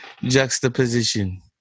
juxtaposition